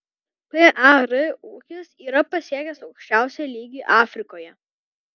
par ūkis yra pasiekęs aukščiausią lygį afrikoje